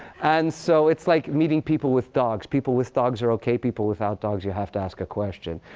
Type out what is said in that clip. and so, it's like meeting people with dogs. people with dogs are ok. people without dogs, you have to ask a question.